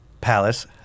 Palace